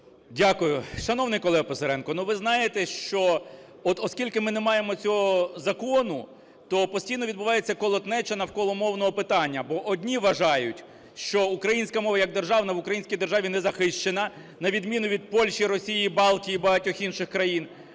Дякую. Шановний колего Писаренко, ну, ви знаєте, що от, оскільки ми не маємо цього закону, то постійно відбувається колотнеча навколо мовного питання. Бо одні вважають, що українська мова як державна в українській державі не захищена на відміну від Польщі, Росії, Балтії і багатьох інших країн.